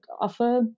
offer